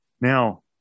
Now